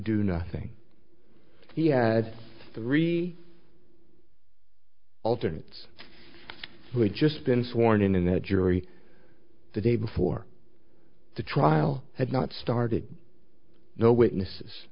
do nothing he had three alternates with just been sworn in in that jury the day before the trial had not started the witnesses